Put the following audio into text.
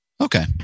Okay